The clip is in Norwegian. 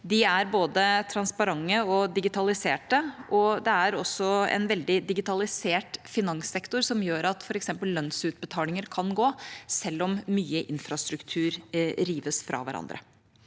De er både transparente og digitaliserte. Det er også en veldig digitalisert finanssektor, som gjør at f.eks. lønnsutbetalinger kan gå, selv om mye infrastruktur rives fra hverandre.